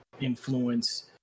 influence